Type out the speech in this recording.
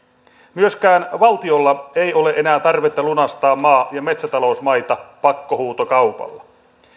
myöskään valtiolla ei ole enää tarvetta lunastaa maa ja metsätalousmaita pakkohuutokaupalla